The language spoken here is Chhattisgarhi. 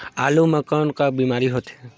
आलू म कौन का बीमारी होथे?